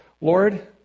Lord